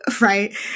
right